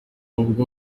ubwo